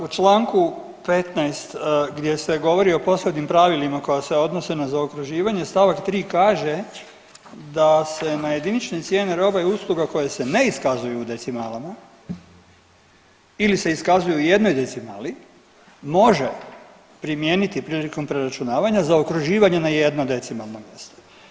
U čl. 15. gdje se govori o posebnim pravilima koja se odnose na zaokruživanje st. 3. kaže da se na jedinične cijene roba i usluga koje se ne iskazuju u decimalama ili se iskazuju u jednoj decimali može primijeniti prilikom preračunavanja zaokruživanje na jedno decimalno mjesto.